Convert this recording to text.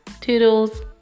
Toodles